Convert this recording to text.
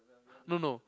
no no